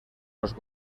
los